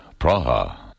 Praha